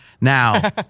Now